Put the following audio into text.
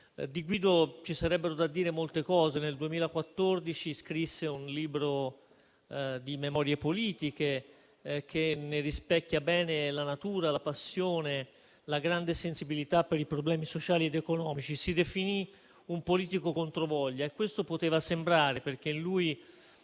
Di Guido ci sarebbero da dire molte cose. Nel 2014 scrisse un libro di memorie politiche, che ne rispecchia bene la natura, la passione e la grande sensibilità per i problemi sociali ed economici. Si definì un politico controvoglia e questo poteva sembrare, perché in lui